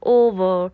over